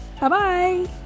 bye-bye